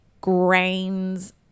grains